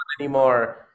anymore